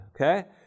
Okay